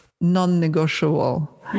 non-negotiable